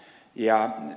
ja ed